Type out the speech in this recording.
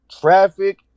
Traffic